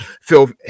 Phil